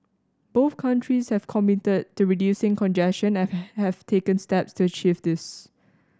both countries have committed to reducing congestion and have have taken steps to achieve this